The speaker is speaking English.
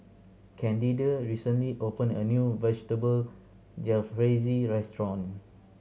Candida recently opened a new Vegetable Jalfrezi Restaurant